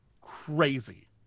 crazy